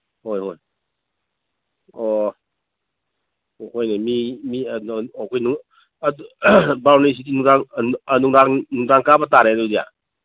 ꯍꯣꯏ ꯍꯣꯏ ꯑꯣ ꯍꯣꯏꯅꯦ ꯃꯤ ꯑꯗꯨ ꯕꯥꯔꯨꯅꯤ ꯆꯤꯡ ꯅꯨꯡꯗꯥꯡ ꯅꯨꯡꯗꯥꯡ ꯀꯥꯕ ꯇꯥꯔꯦ ꯑꯗꯨꯗꯤ